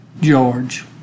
George